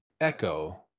Echo